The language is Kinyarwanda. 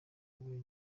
abaye